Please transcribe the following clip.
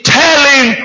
telling